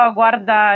guarda